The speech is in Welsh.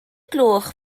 gloch